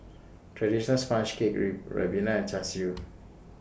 Traditional Sponge Cake Ribena and Char Siu